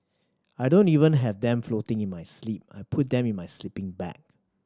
I don't even have them floating in my sleep I put them in my sleeping bag